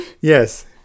yes